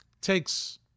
takes